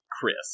Chris